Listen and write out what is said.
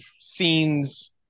scenes